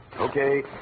Okay